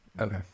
Okay